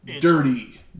Dirty